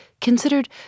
considered